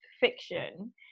fiction